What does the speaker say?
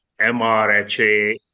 mrha